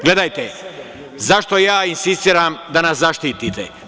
Gledajte, zašto ja insistiram da nas zaštitite.